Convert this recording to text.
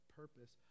purpose